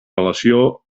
relació